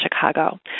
Chicago